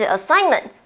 Assignment